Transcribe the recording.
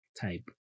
type